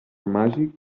màgic